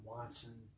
Watson